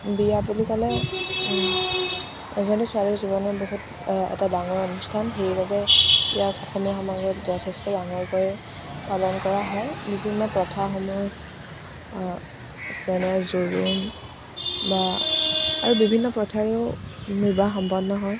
বিয়া বুলি ক'লে এজনী ছোৱালীৰ জীৱনত বহুত এটা ডাঙৰ অনুষ্ঠান সেইবাবে ইয়াক অসমীয়া সমাজত যথেষ্ট ডাঙৰকৈ পালন কৰা হয় বিভিন্ন প্ৰথাসমূহ যেনে জোৰণ বা আৰু বিভিন্ন প্ৰথাৰেও বিবাহ সম্পন্ন হয়